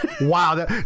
Wow